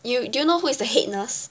you do you know who is the head nurse